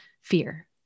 fear